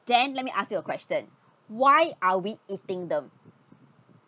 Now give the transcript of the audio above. then let me ask you a question why are we eating them